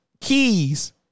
keys